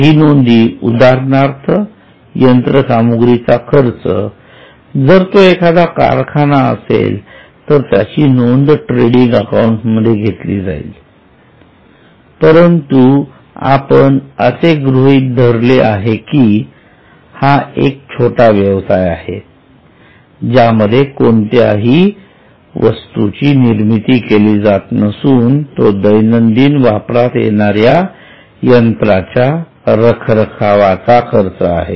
काही नोंदी उदाहरणार्थ यंत्रसामुग्रीचा खर्च जर तो एखादा कारखाना असेल तर त्याची नोंद ट्रेडिंग अकाउंट मध्ये घेतली जाईल परंतु आपण असे गृहीत धरले आहे की हा एक छोटा व्यवसाय आहे ज्यामध्ये कोणत्याही वास्तूची निर्मिती केली जात नसून तो दैनंदिन वापरण्यात येणाऱ्या यंत्राच्या रखरखावाचा खर्च आहे